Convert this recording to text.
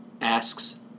asks